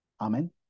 Amen